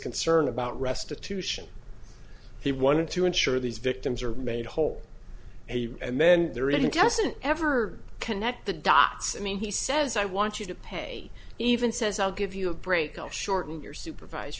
concern about restitution he wanted to ensure these victims are made whole and then there really doesn't ever connect the dots i mean he says i want you to pay even says i'll give you a break i'll shorten your supervised